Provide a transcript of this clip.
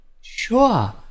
Sure